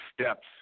steps